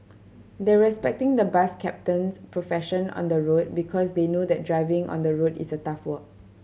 they're respecting the bus captain's profession on the road because they know that driving on the road is a tough work